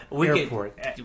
airport